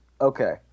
Okay